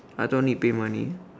I thought need pay money